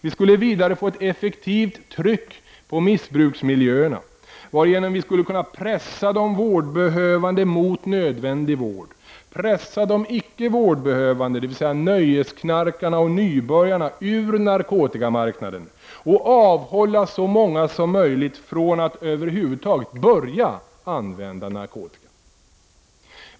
Vi skulle vidare få ett effektivt tryck på missbruksmiljöerna, varigenom vi skulle kunna pressa de vårdbehövande mot nödvändig vård, pressa de icke vårdbehövande, dvs. nöjesknarkarna och nybörjarna, ut från narkotikamarknaden och avhålla så många som möjligt från att över huvud taget börja använda narkotika.